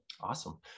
Awesome